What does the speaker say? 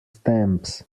stamps